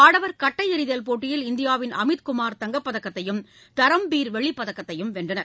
ஆடவர் கட்டை எறிதல் போட்டியில் இந்தியாவின் அமித் குமார் தங்கப் பதக்கத்தையும் தரம்பிர் வெள்ளிப் பதக்கத்தையும் வென்றனர்